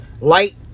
light